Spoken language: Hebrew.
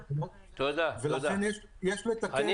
ולכן יש לתקן --- תודה.